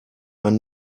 man